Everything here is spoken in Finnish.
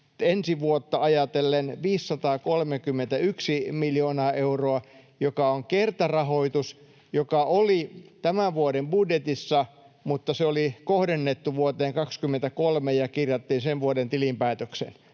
ensi vuotta ajatellen 531 miljoonaa euroa, joka on kertarahoitus, joka oli tämän vuoden budjetissa, mutta se oli kohdennettu vuoteen 23 ja kirjattiin sen vuoden tilinpäätökseen.